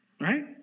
Right